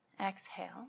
Exhale